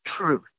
truth